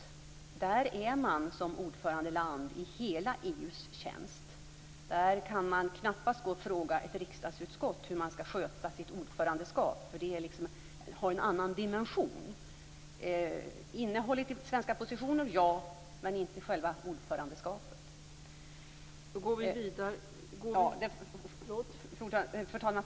Där är man som ordförandeland i hela EU:s tjänst. Där kan man knappast fråga ett riksdagsutskott hur man skall sköta sitt ordförandeskap, för det har liksom en annan dimension - innehållet i de svenska positionerna ja, men inte i själva ordförandeskapet. Fru talman!